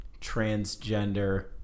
transgender